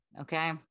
Okay